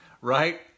right